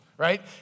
right